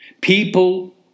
people